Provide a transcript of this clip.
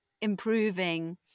improving